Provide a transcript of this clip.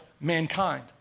mankind